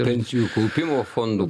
pensijų kaupimo fondų